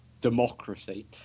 Democracy